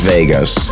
Vegas